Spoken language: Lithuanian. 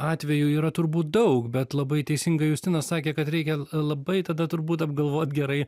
atvejų yra turbūt daug bet labai teisingai justinas sakė kad reikia labai tada turbūt apgalvot gerai